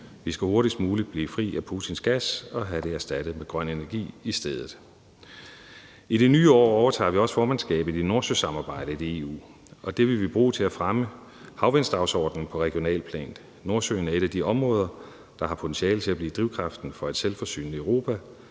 Vi skal hurtigst muligt blive fri af Putins gas og have det erstattet med grøn energi i stedet. I det nye år overtager vi også formandskabet i Nordsøsamarbejdet i EU, og det vil vi bruge til at fremme havvinddagsordenen på regionalt plan. Nordsøen er et af de områder, der har potentiale til at blive drivkraften for et selvforsynende Europa,